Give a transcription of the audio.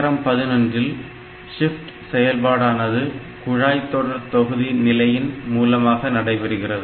ARM11 இல் shift செயல்பாடானது குழாய் தொடர் தொகுதி நிலையின் மூலமாக நடைபெறுகிறது